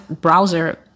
browser